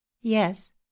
Yes